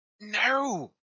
No